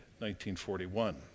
1941